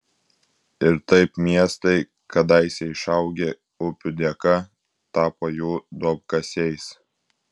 ir taip miestai kadaise išaugę upių dėka tapo jų duobkasiais